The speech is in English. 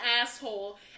asshole